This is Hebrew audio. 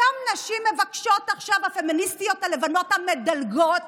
את אותן נשים מבקשות עכשיו הפמיניסטיות הלבנות המדלגות